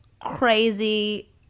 crazy